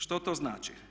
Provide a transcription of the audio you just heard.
Što to znači?